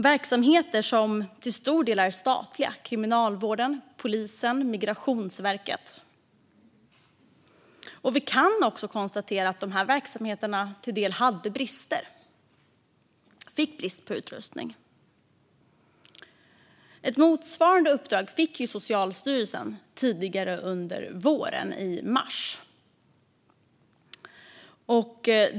Det handlade till stor del om verksamheter som är statliga: kriminalvården, polisen, Migrationsverket. Vi kan också konstatera att dessa verksamheter till dels fick brist på utrustning. Ett motsvarande uppdrag fick Socialstyrelsen tidigare under våren, i mars.